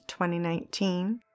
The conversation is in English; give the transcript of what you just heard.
2019